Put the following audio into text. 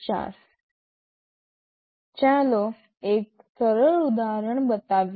ચાલો એક સરળ ઉદાહરણ બતાવીએ